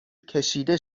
کشیده